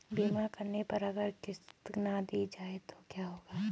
बीमा करने पर अगर किश्त ना दी जाये तो क्या होगा?